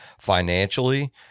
financially